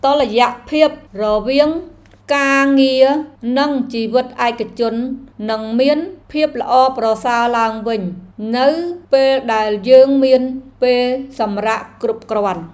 តុល្យភាពរវាងការងារនិងជីវិតឯកជន នឹងមានភាពល្អប្រសើរឡើងវិញ នៅពេលដែលយើងមានពេលសម្រាកគ្រប់គ្រាន់។